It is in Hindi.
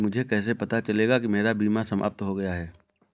मुझे कैसे पता चलेगा कि मेरा बीमा समाप्त हो गया है?